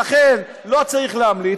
לא צריך להמליץ,